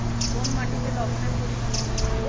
কোন মাটিতে লবণের পরিমাণ বেশি?